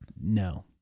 No